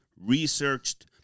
researched